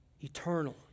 eternal